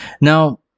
now